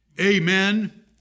Amen